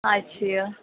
اچھا